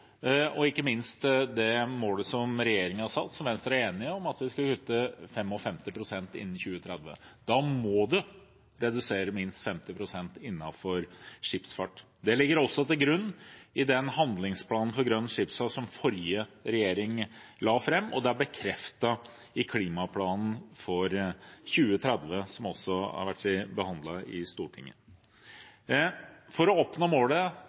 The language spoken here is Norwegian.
og ikke minst det målet som regjeringen satte, og som Venstre er enig i, om at vi skal kutte 55 pst. innen 2030. Da må man redusere minst 50 pst. innenfor skipsfart. Det ligger også til grunn i den handlingsplanen for grønn skipsfart som den forrige regjeringen la fram, og det er bekreftet i klimaplanen for 2030, som også har vært behandlet i Stortinget. For å oppnå målet